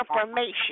information